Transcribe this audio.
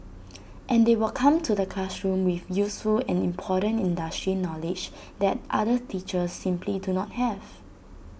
and they will come to the classroom with useful and important industry knowledge that other teachers simply do not have